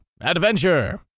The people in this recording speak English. Adventure